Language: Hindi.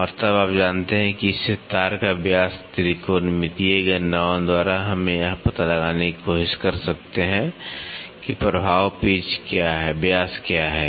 और तब आप जानते हैं कि इससे तार का व्यास त्रिकोणमितीय गणनाओं द्वारा हम यह पता लगाने की कोशिश कर सकते हैं कि प्रभाव पिच व्यास क्या है